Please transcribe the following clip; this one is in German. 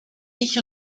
ich